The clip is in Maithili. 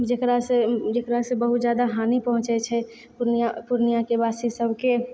जकरासँ जकरासंँ बहुत जादा हानि पहुँचै छै पूर्णिया पूर्णियाके बासी सबके